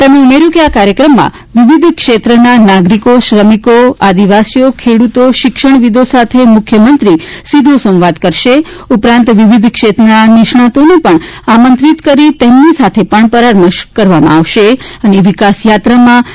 તેમણે ઉમેર્યુ કે આ કાર્યક્રમમાં વિવિધ ક્ષેત્રના નાગરિકો શ્રમિકો આદિવાસીઓ ખેડૂતો શિક્ષણવિદો સાથે મુખ્યમંત્રીશ્રી સીધો સંવાદ કરશે ઉપરાંત વિવિધ ક્ષેત્રના નિષ્ણાંતોને પણ આમંત્રિત કરીને તેમની સાથે પણ પરામર્શ કરવામાં આવશે અને વિકાસ યાત્રામાં તેમને પણ તા